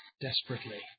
desperately